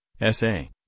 essay